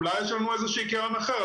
אולי יש לנו איזושהי קרן אחרת.